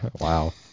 Wow